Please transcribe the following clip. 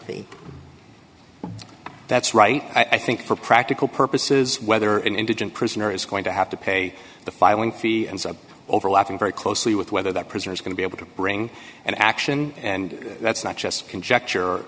at's right i think for practical purposes whether an indigent prisoner is going to have to pay the filing fee and overlapping very closely with whether that person is going to be able to bring an action and that's not just conjecture